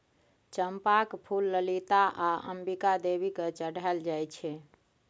चंपाक फुल ललिता आ अंबिका देवी केँ चढ़ाएल जाइ छै